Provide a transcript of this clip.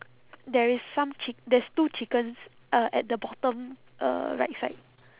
there is some chick~ there is two chickens uh at the bottom uh right side